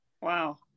Wow